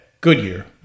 Goodyear